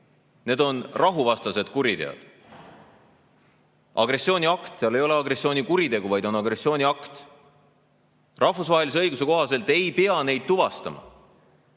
Need on rahuvastased kuriteod. Agressiooniakt – seal ei ole agressioonikuritegu, vaid on agressiooniakt. Rahvusvahelise õiguse kohaselt ei pea neid tuvastama,